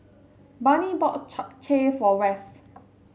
Barney bought Japchae for Wes